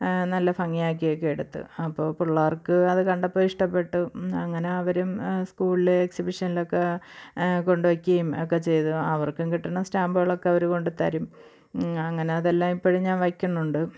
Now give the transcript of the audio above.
നല്ല ഭംഗിയാക്കി ഒക്കെ എടുത്തു അപ്പോൾ പിള്ളേർക്ക് അത് കണ്ടപ്പോൾ ഇഷ്ടപ്പെട്ടു അങ്ങനെ അവരും സ്കൂളിലെ എക്സിബിഷനിലൊക്കെ കൊണ്ടുവയ്ക്കുകയും ഒക്കെ ചെയ്തു അവർക്കും കിട്ടുന്ന സ്റ്റാമ്പുകളൊക്കെ അവർ കൊണ്ടുത്തരും അതെല്ലാം ഞാൻ ഇപ്പോഴും ഞാൻ വയ്ക്കുന്നുണ്ട്